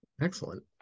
Excellent